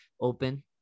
Open